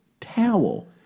towel